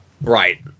Right